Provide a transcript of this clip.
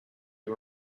you